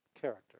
character